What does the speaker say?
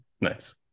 Nice